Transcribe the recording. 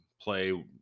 play